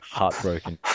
heartbroken